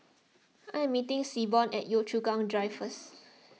I am meeting Seaborn at Yio Chu Kang Drive first